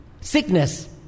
sickness